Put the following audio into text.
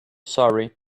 surrey